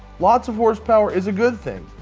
lots of horsepower is a good thing.